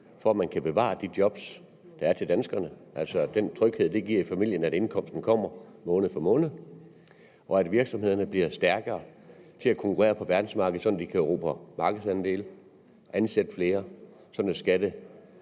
for at man kan bevare de jobs, der er til danskerne, altså den tryghed, det giver i familien, at indkomsten kommer måned for måned? Og kan ordføreren forstå, at konkurrenceevnen, det, at virksomhederne bliver stærkere til at konkurrere på verdensmarkedet, så de kan erobre markedsandele, ansætte flere, så skattebetalingen